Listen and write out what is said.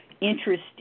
interest